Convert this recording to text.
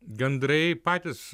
gandrai patys